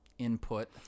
input